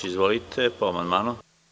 Izvolite, po amandmanu.